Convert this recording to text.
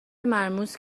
مرموز